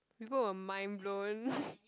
people were mind blown